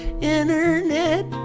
internet